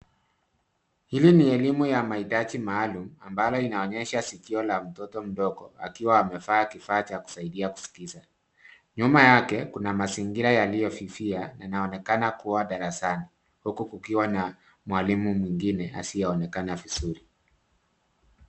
Hili ni elimu ya mahitaji maalum ambalo inaonyesha sikio la mtoto mdogo akiwa amevaa kifaa cha kusaidia kusikiza. Nyuma yake, kuna mazingira yaliyofifia na inaonekana kuwa darasani, huku kukiwa na mwalimu mwengine asiyeonekana vizuri.